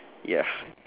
ya